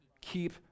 keep